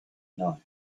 know